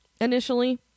initially